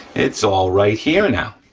it's all right here and now,